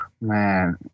man